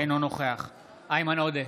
אינו נוכח איימן עודה,